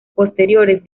posteriores